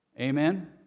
Amen